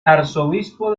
arzobispo